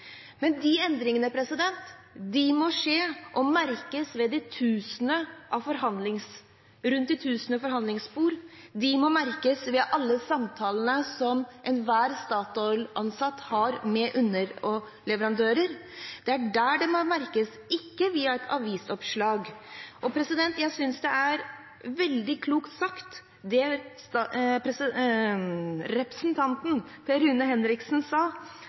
Men de endringene må skje og merkes rundt de tusener av forhandlingsbord, og de må merkes ved alle samtalene som enhver Statoil-ansatt har med underleverandører. Det er der det må merkes, ikke via et avisoppslag. Jeg synes det var veldig klokt det representanten Per Rune Henriksen sa,